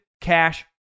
cash